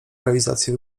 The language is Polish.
realizacji